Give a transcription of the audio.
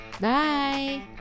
Bye